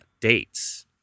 dates